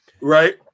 Right